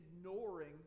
ignoring